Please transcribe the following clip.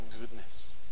goodness